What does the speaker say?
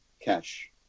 cash